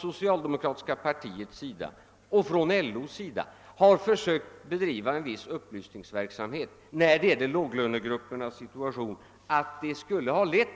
Socialdemokratiska partiet och LO har bedrivit en upplysningsverksamhet om låglönegruppernas Ssituation och hävdat att